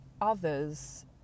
others